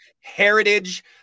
heritage